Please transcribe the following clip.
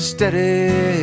Steady